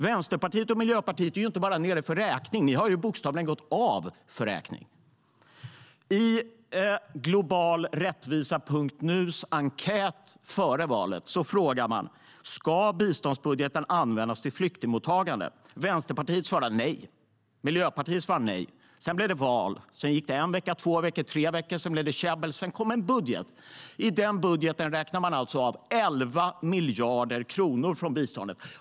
Vänsterpartiet och Miljöpartiet är inte bara nere för räkning; ni har bokstavligen gått av för räkning. Sedan blev det val. Det gick en vecka, två veckor och tre veckor. Sedan blev det käbbel, och sedan kom en budget. I den budgeten räknar man alltså av 11 miljarder kronor från biståndet.